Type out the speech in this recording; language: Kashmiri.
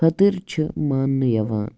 خٲطر چھِ مانٛنہٕ یِوان